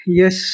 Yes